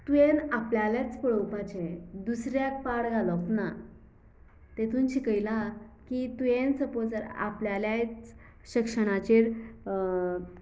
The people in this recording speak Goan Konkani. तुवें आपल्यालेंच पळोवपाचें दुसऱ्याक पाड घालप ना तेतून शिकयला की तुयेन सपोज जर आपल्याल्याच शिक्षणाचेर